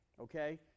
okay